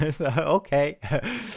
okay